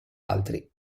altri